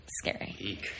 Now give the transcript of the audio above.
scary